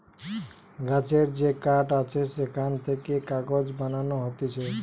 গাছের যে কাঠ আছে সেখান থেকে কাগজ বানানো হতিছে